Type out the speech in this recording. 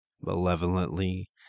malevolently